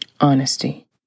Honesty